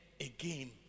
again